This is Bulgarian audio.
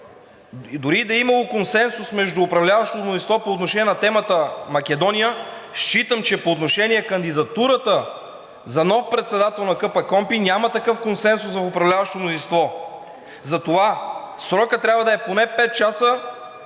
дори и да е имало консенсус между управляващото мнозинство по отношение на темата „Македония“, считам че по отношение кандидатурата за нов председател на КПКОНПИ няма такъв консенсус в управляващото мнозинство. Затова срокът трябва да е поне пет часа,